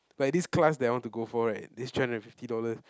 like this class that I want to go for right this three hundred and fifty dollar